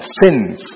sins